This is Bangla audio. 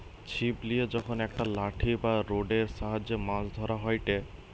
ছিপ লিয়ে যখন একটা লাঠি বা রোডের সাহায্যে মাছ ধরা হয়টে